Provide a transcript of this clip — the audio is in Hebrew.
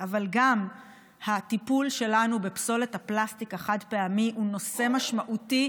אבל גם הטיפול שלנו בפסולת הפלסטיק החד-פעמי הוא נושא משמעותי,